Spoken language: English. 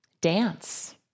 dance